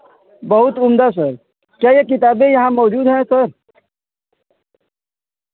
بہت عمدہ سر کیا یہ کتابیں یہاں موجود ہیں سر